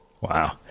Wow